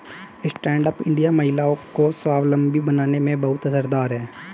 stand up India महिलाओं को स्वावलम्बी बनाने में बहुत असरदार है